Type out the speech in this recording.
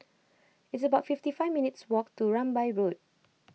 it's about fifty five minutes' walk to Rambai Road